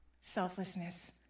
selflessness